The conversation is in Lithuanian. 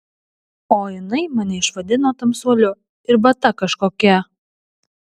o jinai mane išvadino tamsuoliu ir vata kažkokia